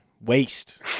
Waste